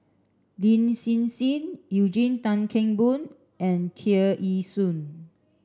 Lin Hsin Hsin Eugene Tan Kheng Boon and Tear Ee Soon